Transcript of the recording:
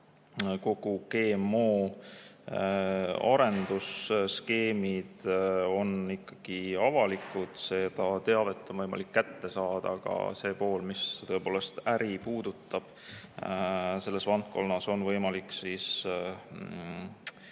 on GMO-de arenduse skeemid ikkagi avalikud, seda teavet on võimalik kätte saada. Aga see pool, mis tõepoolest äri puudutab, on ka selles valdkonnas võimalik ära